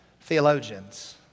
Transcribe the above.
theologians